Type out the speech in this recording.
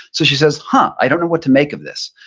so she says, huh, i don't know what to make of this.